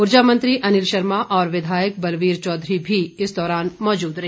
ऊर्जा मंत्री अनिल शर्मा और विधायक बलवीर चौधरी भी इस दौरान मौजूद रहे